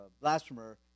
blasphemer